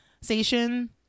station